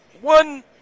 one